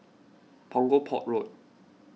Punggol Port Road